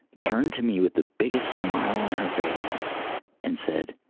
turned to me with the biggest smile on her face and said,